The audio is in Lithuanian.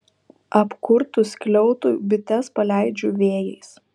apkurtus skliautui bites paleidžiu vėjais